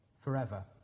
forever